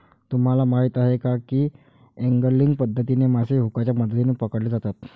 तुम्हाला माहीत आहे का की एंगलिंग पद्धतीने मासे हुकच्या मदतीने पकडले जातात